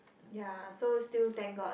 ya so still thank god